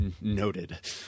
Noted